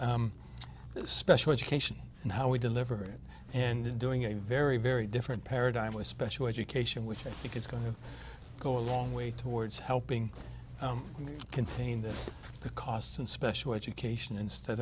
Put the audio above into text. the special education and how we deliver it and in doing a very very different paradigm with special education which i think is going to go a long way towards helping contain the cost and special education instead